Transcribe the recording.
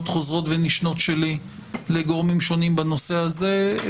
חוזרות ונשנות שלי לגורמים שונים בנושא הזה,